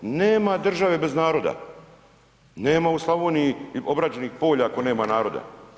Nema države bez naroda, nema u Slavoniji obrađenih polja ako nema naroda.